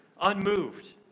unmoved